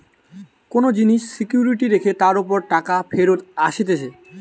কোন জিনিস সিকিউরিটি রেখে তার উপর টাকা ফেরত আসতিছে